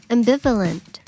Ambivalent